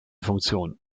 funktion